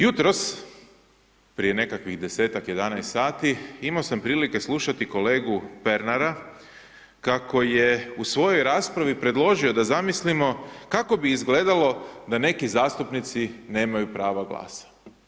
Jutros, prije nekakvih 10-ak, 11 sati, imao sam prilike slušati kolegu Pernara kako je u svojoj raspravi predložio da zamislimo kako bi izgledalo da neki zastupnici nemaju prava glasa.